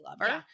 lover